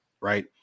right